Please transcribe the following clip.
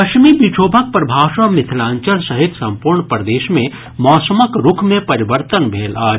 पश्चिमी विक्षोभक प्रभाव सँ मिथिलांचल सहित संपूर्ण प्रदेश मे मौसमक रूख मे परिवर्तन भेल अछि